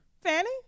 Fanny